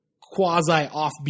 quasi-offbeat